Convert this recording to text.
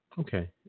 Okay